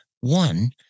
One